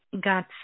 got